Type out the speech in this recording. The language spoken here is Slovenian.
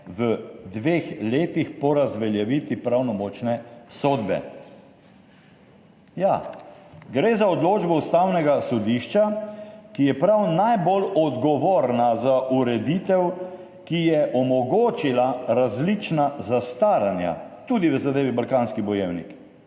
v dveh letih po razveljavitvi pravnomočne sodbe. Ja, gre za odločbo Ustavnega sodišča, ki je prav najbolj odgovorna za ureditev, ki je omogočila različna zastaranja, tudi v zadevi Balkanski bojevnik.